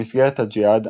במסגרת הג'יהאד,